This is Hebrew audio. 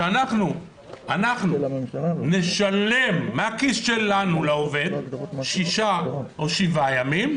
שאנחנו נשלם מהכיס שלנו לעובד שישה או שבעה ימים.